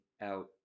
out